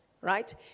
right